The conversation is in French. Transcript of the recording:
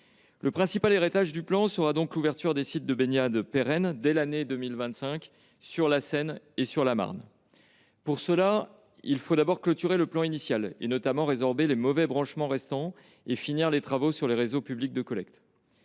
Le principal héritage du plan sera donc l’ouverture de sites de baignade pérennes dès l’année 2025 sur la Seine et sur la Marne. Pour ce faire, il faut mettre fin au plan initial, notamment résorber les mauvais branchements restants et finir les travaux sur le réseau public de collecte.